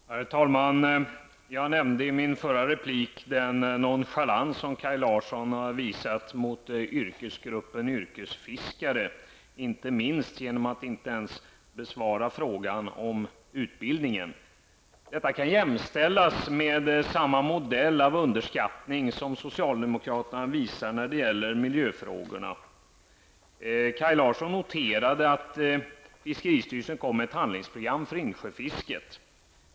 Herr talman! Jag nämnde i min förra replik den nonchalans som Kaj Larsson har visat mot yrkesgruppen yrkesfiskare, inte minst genom att inte ens besvara frågan om utbildningen. Det kan jämställas med samma modell av underskattning som socialdemokraterna visar när det gäller miljöfrågorna. Kaj Larsson noterade att fiskeristyrelsen kom med ett handlingsprogram för insjöfisket.